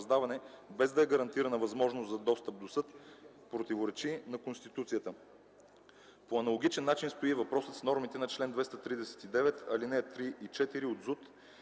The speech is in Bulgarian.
без да е гарантирана възможност за достъп до съд, противоречи на Конституцията. По аналогичен начин стои и въпросът с нормите на чл. 239, алинеи 3 и 4 от ЗУТ.